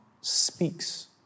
speaks